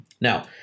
Now